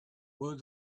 would